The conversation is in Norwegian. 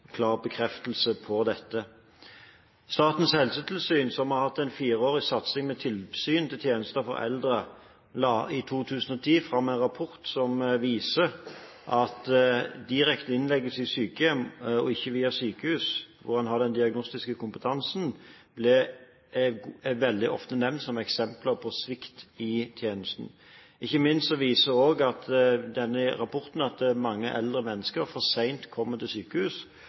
klar bekreftelse på dette. Statens helsetilsyn, som har hatt en fireårig satsing på tilsyn med tjenester til eldre, la i 2010 fram en rapport som viser at direkte innleggelse i sykehjem, og ikke via sykehus, hvor man har den diagnostiske kompetansen, veldig ofte ble nevnt som eksempler på svikt i tjenesten. Ikke minst viser denne rapporten også at mange eldre mennesker kommer for sent til sykehus.